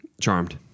Charmed